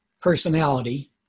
personality